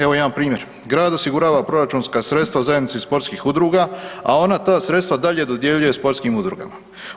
Evo jedan primjer, grad osigurava proračunska sredstva u zajednici sportskih udruga, a ona ta sredstva dalje dodjeljuje sportskim udrugama.